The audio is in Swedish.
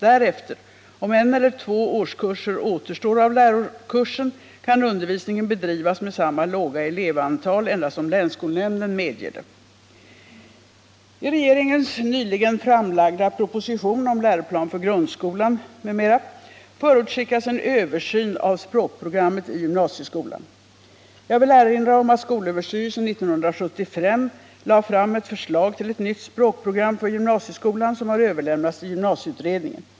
Därefter, om en eller två årskurser återstår av lärokursen, kan undervisningen bedrivas med samma låga elevantal endast om länsskolnämnden medger det. I regeringens nyligen framlagda proposition om läroplan för grundskolan m.m. förutskickas en översyn av språkprogrammet i gymnasieskolan. Jag vill erinra om att skolöverstyrelsen 1975 lade fram ett förslag till ett nytt språkprogram för gymnasieskolan, som har överlämnats till gymnasieutredningen.